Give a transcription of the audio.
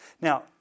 Now